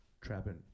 trapping